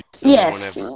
Yes